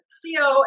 co